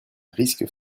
risque